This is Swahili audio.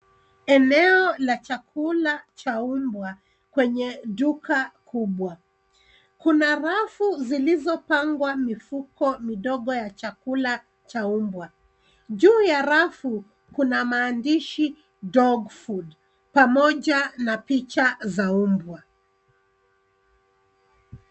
Eneo la chakula cha mbwa kwenye duka kubwa. Kuna rafu zilizopangwa mifuko midogo ya chakula cha mbwa. Juu ya rafu kuna maandishi, dog food, pamoja na picha za mbwa.